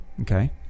Okay